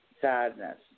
sadness